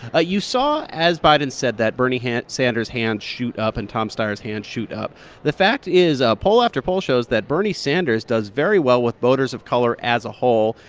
ah you saw, as biden said, that bernie sanders' hands shoot up and tom steyer's hands shoot up the fact is, ah poll after poll shows that bernie sanders does very well with voters of color as a whole.